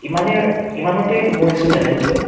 ইমানে ইমানতে সামৰিছোঁ তেনেহ'লে